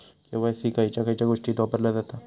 KYC खयच्या खयच्या गोष्टीत वापरला जाता?